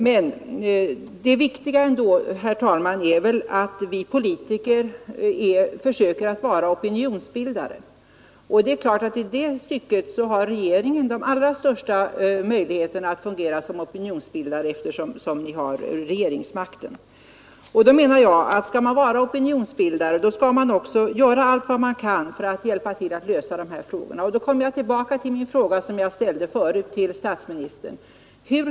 Men det viktiga är väl ändå, herr talman, att vi politiker försöker vara opinionsbildare. Och det är klart att regeringen har de allra största möjligheterna att fungera som opinionsbildare, eftersom den har regeringsmakten. Då menar jag att skall man vara opinionsbildare skall man också göra allt vad man kan för att lösa de här frågorna. Jag kommer därför tillbaka till den fråga som jag ställde förut till statsministern.